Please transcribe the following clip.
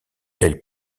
elle